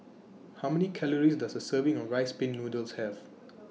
How Many Calories Does A Serving of Rice Pin Noodles Have